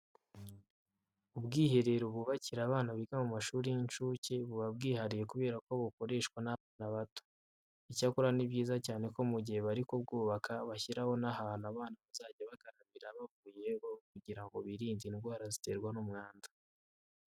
Ubwiherero bubakira abana biga mu mashuri y'incuke buba bwihariye kubera ko bukoreshwa n'abana bato. Icyakora ni byiza cyane ko mu gihe bari kubwubaka bashyiraho n'ahantu abana bazajya bakarabira bavuyeyo kugira ngo birinde indwara ziterwa n'umwanda.